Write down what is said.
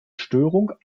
störung